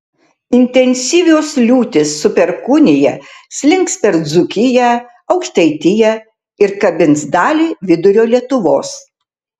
intensyvios liūtys su perkūnija slinks per dzūkiją aukštaitiją ir kabins dalį vidurio lietuvos